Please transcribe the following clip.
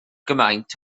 gymaint